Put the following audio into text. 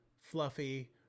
fluffy